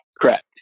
Correct